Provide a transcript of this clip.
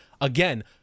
again